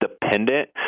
dependent